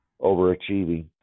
overachieving